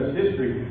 history